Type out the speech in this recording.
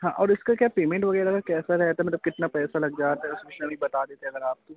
हाँ और इसका क्या पेमेंट वगैरह कैसा रहता मतलब कितना पैसा लग जाता है पर्सनली बता देते अगर आप तो